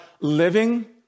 living